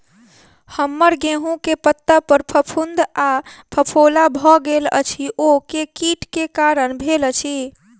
हम्मर गेंहूँ केँ पत्ता पर फफूंद आ फफोला भऽ गेल अछि, ओ केँ कीट केँ कारण भेल अछि?